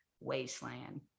wasteland